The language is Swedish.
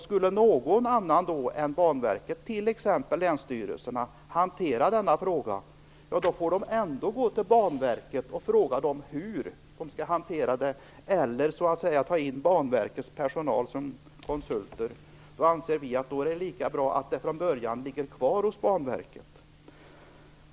Skulle några andra än Banverket, t.ex. länsstyrelserna, hantera denna fråga, får dessa ändå vända sig till Banverket för att få veta hur den skall hanteras. Alternativt får man anlita Banverkets personal som konsulter. Vi anser att det då är lika bra att detta redan från början ligger kvar hos Banverket.